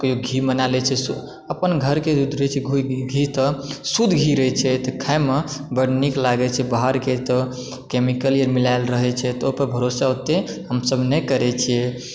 कहिओ घी बना लय छियै अपन घरके दूध रहय छै तऽ घी तऽ शुद्ध घी रहैतछै तऽ खाइमे बड्ड नीक लागै छै बाहरके तऽ केमिकलए मिलायल रहैत छै तऽ ओहि पर भरोसा ओतए हमसभ नहि करय छियै